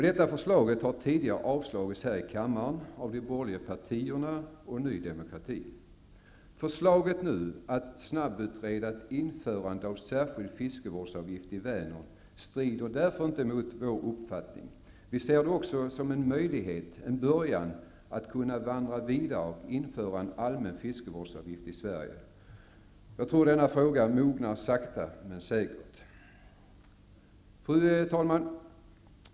Detta förslag har tidigare avslagits här i kammaren av de borgerliga partierna och Ny demokrati. Förslaget att nu snabbutreda ett införande av särskild fiskevårdsavgift i Vänern strider därför inte mot vår uppfattning. Vi ser det också som en början, en möjlighet att kunna vandra vidare och införa en allmän fiskevårdsavgift i Sverige. Jag tror att denna fråga mognar sakta men säkert. Fru talman!